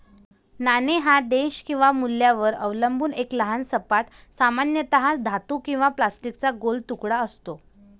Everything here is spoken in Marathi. नाणे हा देश किंवा मूल्यावर अवलंबून एक लहान सपाट, सामान्यतः धातू किंवा प्लास्टिकचा गोल तुकडा असतो